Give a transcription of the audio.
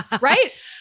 Right